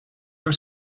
your